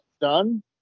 done